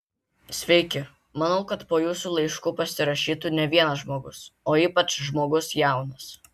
sveiki manau kad po jūsų laišku pasirašytų ne vienas žmogus o ypač žmogus jaunas